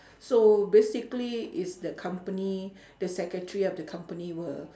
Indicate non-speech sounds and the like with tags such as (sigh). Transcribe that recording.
so basically is the company (breath) the secretary of the company will